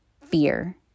fear